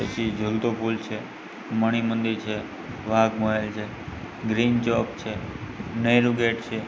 પછી જુલતો પૂલ છે મણિ મંદિર છે છે ગ્રીન જોબ છે નહેરુ ગેટ છે